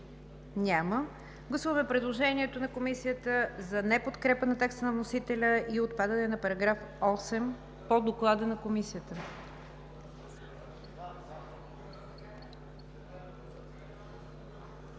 Няма. Гласуваме предложението на Комисията за не-подкрепа на текста на вносителя и отпадане на § 8 по доклада на Комисията.